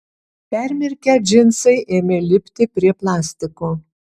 permirkę džinsai ėmė lipti prie plastiko